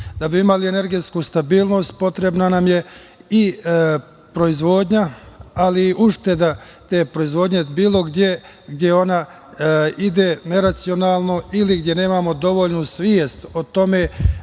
bi imali energetsku stabilnost potrebna nam je i proizvodnja, ali i ušteda te proizvodnje, bilo gde gde ona ide neracionalno ili gde nemamo dovoljnu svest o tome